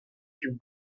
più